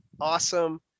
awesome